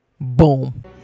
Boom